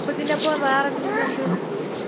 അപ്പോൾ ഇതിൻ്റെയൊപ്പം വേറെന്തെങ്കിലും നമുക്ക് കിട്ടുമോ